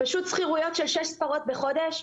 פשוט שכירויות של שש ספרות בחודש,